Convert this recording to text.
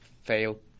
fail